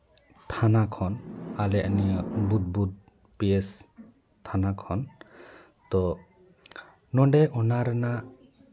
ᱛᱷᱟᱱᱟ ᱠᱷᱚᱱ ᱟᱞᱮᱭᱟᱜ ᱱᱤᱭᱟᱹ ᱵᱩᱫ ᱵᱩᱫ ᱯᱤ ᱭᱮᱥ ᱛᱷᱟᱱᱟ ᱠᱷᱚᱱ ᱛᱳ ᱱᱚᱰᱮ ᱚᱱᱟ ᱨᱮᱭᱟᱜ